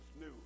new